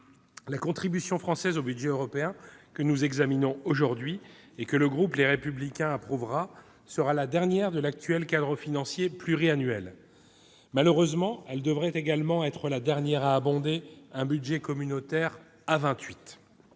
la contribution française au budget européen que nous examinons aujourd'hui et que le groupe Les Républicains approuvera sera la dernière de l'actuel cadre financier pluriannuel. Malheureusement, elle devrait également être la dernière à abonder un budget communautaire à